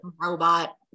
robot